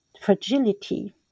fragility